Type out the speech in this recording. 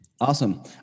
Awesome